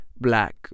black